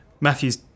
Matthew's